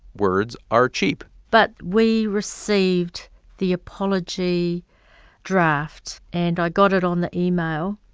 words are cheap but we received the apology draft, and i got it on the email.